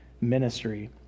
ministry